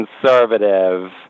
conservative